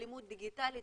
אלימות דיגיטלית,